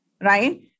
right